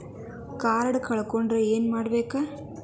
Card ಕಳ್ಕೊಂಡ್ರ ಏನ್ ಮಾಡಬೇಕು?